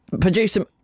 producer